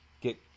get